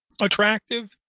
attractive